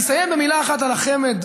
אני אסיים במילה אחת על החמ"ד.